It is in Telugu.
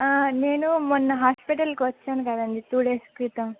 నేను మొన్న హాస్పిటల్కి వచ్చాను కదా టూ డేస్ క్రితం